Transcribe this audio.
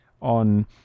on